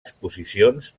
exposicions